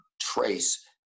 trace